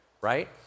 right